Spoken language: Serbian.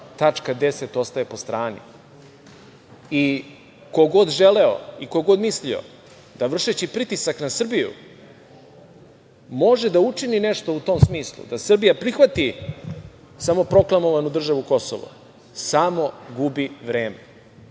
tačka 10 ostaje po strani. Ko god želeo i ko god mislio da vršeći pritisak na Srbiju može da učini nešto u tom smislu da Srbija prihvati samoproklamovanu državu Kosovo, samo gubi vreme.